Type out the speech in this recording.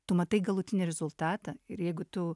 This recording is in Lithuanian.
tu matai galutinį rezultatą ir jeigu tu